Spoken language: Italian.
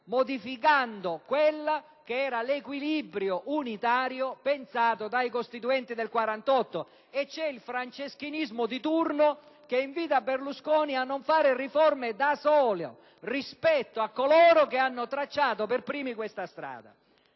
modificando l'equilibrio unitario pensato dai costituenti del 1948. E c'è il franceschinismo di turno che invita Berlusconi a non fare riforme da solo, non tenendo conto di coloro che hanno tracciato per primi questa strada!